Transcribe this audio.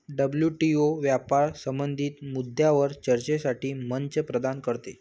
WTO व्यापार संबंधित मुद्द्यांवर चर्चेसाठी मंच प्रदान करते